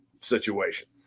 situation